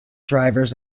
drivers